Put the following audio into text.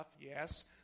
Yes